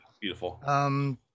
Beautiful